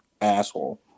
asshole